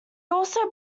also